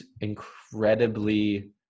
incredibly